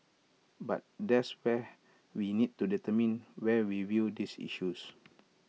but that's where we need to determine where we view these issues